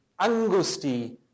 angusti